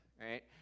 right